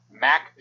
Mac